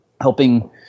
helping